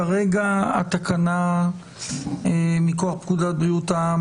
כרגע הצו מכוח תקנת בריאות העם,